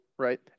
Right